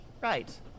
Right